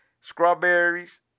strawberries